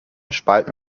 spalten